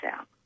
out